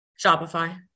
Shopify